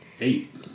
Eight